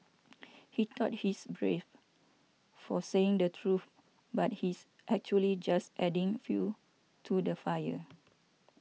he thought he's brave for saying the truth but he's actually just adding fuel to the fire